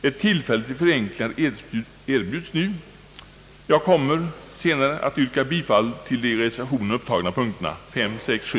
Ett tillfälle till förenklingar erbjuds nu.